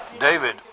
David